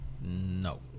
No